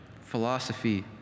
philosophy